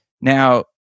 Now